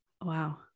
wow